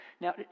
Now